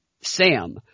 SAM